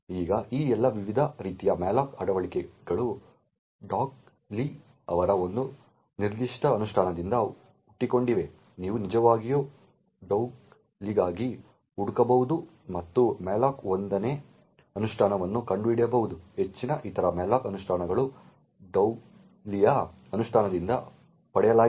ಈಗ ಈ ಎಲ್ಲಾ ವಿವಿಧ ರೀತಿಯ malloc ಅಳವಡಿಕೆಗಳು ಡೌಗ್ ಲೀ ಅವರ ಒಂದು ನಿರ್ದಿಷ್ಟ ಅನುಷ್ಠಾನದಿಂದ ಹುಟ್ಟಿಕೊಂಡಿವೆ ನೀವು ನಿಜವಾಗಿಯೂ ಡೌಗ್ ಲೀಗಾಗಿ ಹುಡುಕಬಹುದು ಮತ್ತು ಮ್ಯಾಲೋಕ್ನ 1 ನೇ ಅನುಷ್ಠಾನವನ್ನು ಕಂಡುಹಿಡಿಯಬಹುದು ಹೆಚ್ಚಿನ ಇತರ malloc ಅನುಷ್ಠಾನಗಳು ಡೌಗ್ ಲೀಯ ಅನುಷ್ಠಾನದಿಂದ ಪಡೆಯಲಾಗಿದೆ